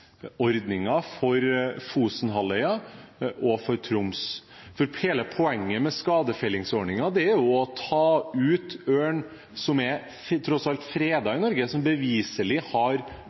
for Fosenhalvøya og for Troms. Hele poenget med skadefellingsordningen er å ta ut ørn – som tross alt er fredet i Norge – som beviselig har